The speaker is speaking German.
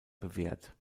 bewährt